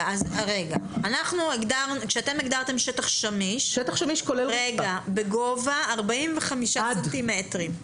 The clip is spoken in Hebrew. כשאתם הגדרתם שטח שמיש בגובה 45 סנטימטרים.